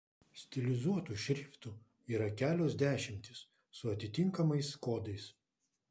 stilizuotų šriftų yra kelios dešimtys su atitinkamais kodais